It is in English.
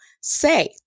say